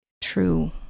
true